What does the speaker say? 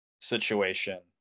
situation